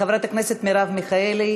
חברת הכנסת מרב מיכאלי,